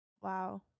Wow